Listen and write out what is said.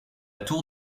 tour